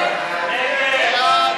ההסתייגויות